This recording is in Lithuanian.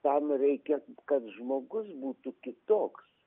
tam reikia kad žmogus būtų kitoks